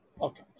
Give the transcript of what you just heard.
Okay